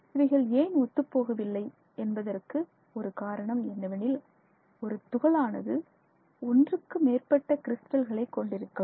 இவைகள் ஏன் ஒத்துப்போகவில்லை என்பதற்கு ஒரு காரணம் என்னவெனில் ஒரு துகள் ஆனது ஒன்றுக்கு மேற்பட்ட கிரிஸ்டல்களை கொண்டிருக்கலாம்